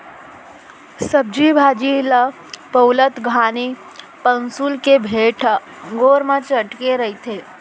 सब्जी भाजी ल पउलत घानी पउंसुल के बेंट ह गोड़ म चटके रथे